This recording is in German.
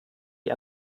die